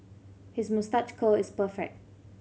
his moustache curl is perfect